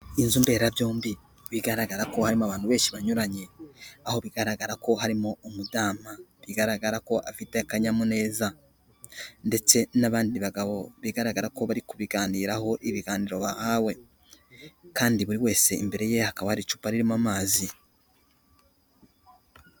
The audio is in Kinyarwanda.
Inzu mberabyombi bigaragara ko harimo abantu benshi banyuranye, aho bigaragara ko harimo umudamu bigaragara ko afite akanyamuneza, ndetse n'abandi bagabo bigaragara ko bari kubiganiraho ibiganiro bahawe, kandi buri wese imbere ye hakaba hari icupa ririmo amazi.